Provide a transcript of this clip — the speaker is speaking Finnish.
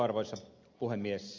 arvoisa puhemies